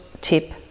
tip